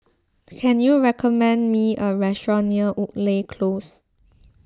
can you recommend me a restaurant near Woodleigh Close